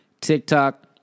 TikTok